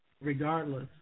regardless